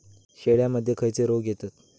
शेळ्यामध्ये खैचे रोग येतत?